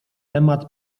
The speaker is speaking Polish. temat